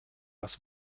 das